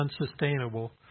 unsustainable